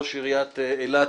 ראש עיריית אילת,